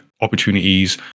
opportunities